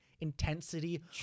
intensity